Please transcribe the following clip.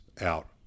out